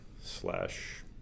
slash